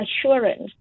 assurance